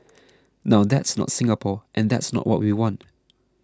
now that's not Singapore and that's not what we want